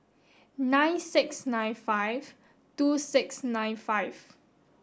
nine six nine five two six nine five